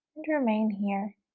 and remain here